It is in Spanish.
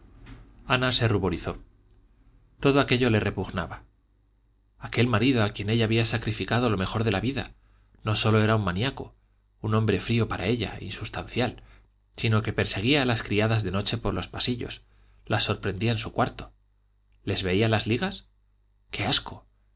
se ruborizó todo aquello le repugnaba aquel marido a quien ella había sacrificado lo mejor de la vida no sólo era un maníaco un hombre frío para ella insustancial sino que perseguía a las criadas de noche por los pasillos las sorprendía en su cuarto les veía las ligas qué asco